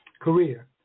career